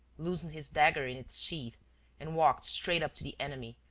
loosened his dagger in its sheath and walked straight up to the enemy,